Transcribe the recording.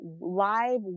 live